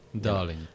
Darling